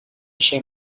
share